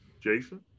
Jason